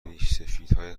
ریشسفیدهای